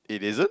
it is it